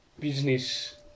Business